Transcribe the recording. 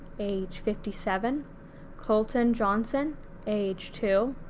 age fifty seven colton johnson age two,